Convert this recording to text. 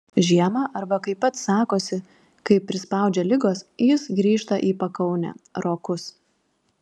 žiemą arba kaip pats sakosi kai prispaudžia ligos jis grįžta į pakaunę rokus